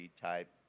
type